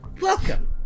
Welcome